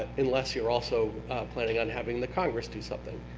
unless you are also planning on having the congress do something.